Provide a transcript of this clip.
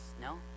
No